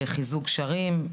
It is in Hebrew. חיזוק גשרים,